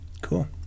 Cool